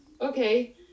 Okay